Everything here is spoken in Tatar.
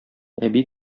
әби